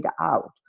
out